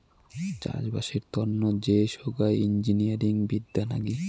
চাষবাসের তন্ন যে সোগায় ইঞ্জিনিয়ারিং বিদ্যা নাগি